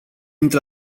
într